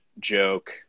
joke